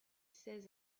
seize